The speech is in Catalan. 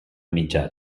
mitjà